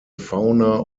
fauna